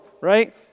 right